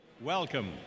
Welcome